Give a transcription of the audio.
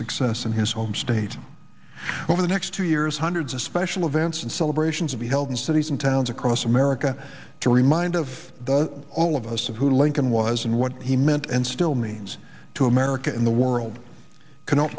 success in his home state over the next two years hundreds of special events and celebrations to be held in cities and towns across america to remind of all of us of who lincoln was and what he meant and still means to america and the world cannot